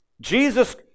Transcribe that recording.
Jesus